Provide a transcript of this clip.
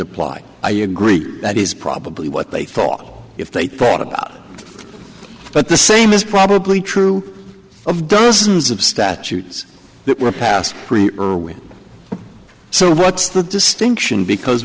apply i agree that is probably what they thought if they thought about it but the same is probably true of dozens of statutes that were passed so what's the distinction because